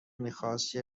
میخواست